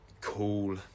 cool